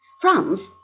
France